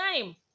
time